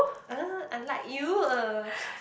uh unlike you uh